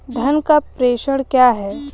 धन का प्रेषण क्या है?